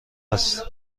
است